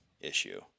issue